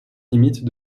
limites